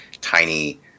tiny